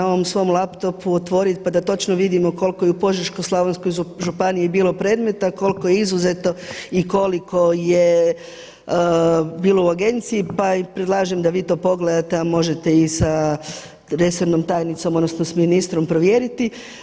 ovom svom laptopu otvoriti pa da točno vidimo koliko i u Požeško-slavonskoj županiji je bilo predmeta, koliko je izuzeto i koliko je bilo u Agenciji, pa i predlažem da vi to pogledate, a možete i sa resornom tajnicom odnosno sa ministrom provjeriti.